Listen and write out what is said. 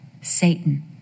Satan